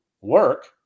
work